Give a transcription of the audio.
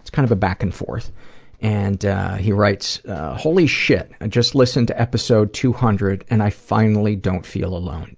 it's kind of a back-and-forth, and he writes holy shit! i just listened to episode two hundred and i finally don't feel alone,